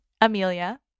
Amelia